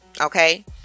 Okay